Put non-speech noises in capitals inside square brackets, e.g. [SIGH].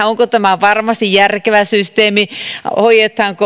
[UNINTELLIGIBLE] onko tämä varmasti järkevä systeemi